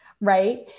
right